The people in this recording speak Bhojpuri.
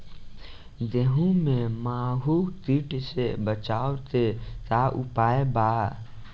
गेहूँ में माहुं किट से बचाव के का उपाय बा?